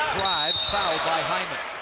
fouled by hyman.